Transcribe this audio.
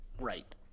right